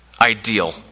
ideal